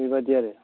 बेबायदि आरो